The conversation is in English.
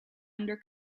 under